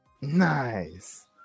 Nice